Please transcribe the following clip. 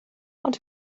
ond